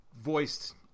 voiced